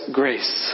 grace